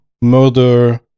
murder